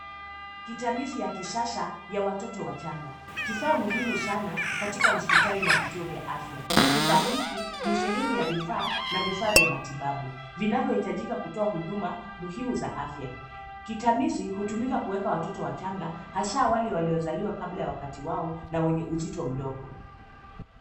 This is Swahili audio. Kitamizi ya kisasa ya watoto wachanga. Kifaa muhimu sana katika hospitali na vituo vya afya .Kifaa hiki ni sehemu ya vifaa na vifaa vya matibabu, vinavyohitajika kutoa huduma, muhimu za afya..Kitamizi hutumika kueka watoto wachanga ,hasa wale waliozaliwa kabla ya wakati wao na wenye uzito mdogo.